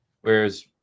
whereas